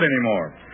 anymore